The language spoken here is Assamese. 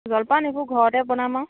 জলপান এইবোৰ ঘৰতে বনাম আৰু